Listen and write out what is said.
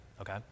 okay